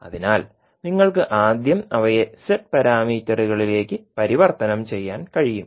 അതിനാൽ നിങ്ങൾക്ക് ആദ്യം അവയെ z പാരാമീറ്ററുകളിലേക്ക് പരിവർത്തനം ചെയ്യാൻ കഴിയും